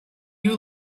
you